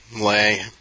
lay